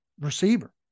receiver